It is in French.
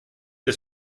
est